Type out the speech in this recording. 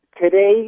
today